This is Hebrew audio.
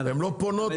הן לא פונות,